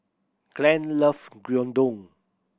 Glenn lovs Gyudon